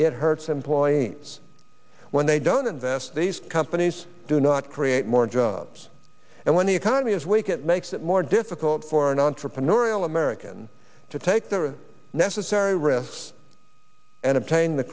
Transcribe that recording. it hurts employees when they don't invest these companies do not create more jobs and when the economy is weak it makes it more difficult for an entrepreneurial american to take the necessary risks and obtain the